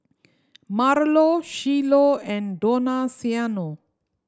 Marlo Shiloh and Donaciano